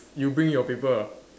you bring your paper ah